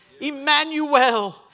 Emmanuel